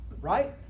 Right